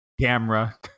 camera